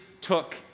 took